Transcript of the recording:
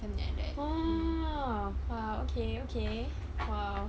oh ah okay okay !wow!